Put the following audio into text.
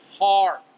hard